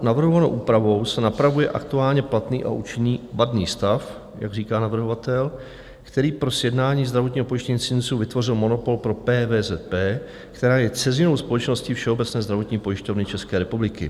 Navrhovanou úpravou se napravuje aktuálně platný a účinný vadný stav, jak říká navrhovatel, který pro sjednání zdravotního pojištění cizinců vytvořil monopol pro PVZP, která je dceřinou společností Všeobecné zdravotní pojišťovny České republiky.